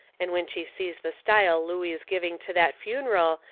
and when she sees the style looey is giving to that funeral,